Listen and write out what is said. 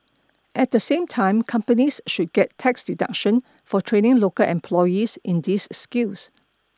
at the same time companies should get tax deduction for training local employees in these skills